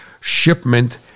shipment